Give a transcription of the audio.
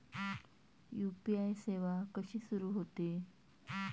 UPI सेवा कशी सुरू होते?